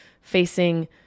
facing